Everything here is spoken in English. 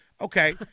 Okay